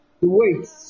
wait